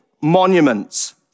monuments